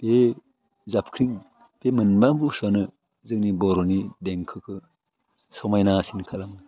बे जाबख्रिं बे मोनबा बुस्थुवानो जोंनि बर'नि देंखोखो समायनासिन खालामो